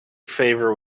favored